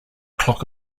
clock